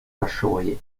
arashoboye